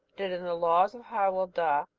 that in the laws of hywell dda,